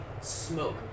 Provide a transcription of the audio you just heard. smoke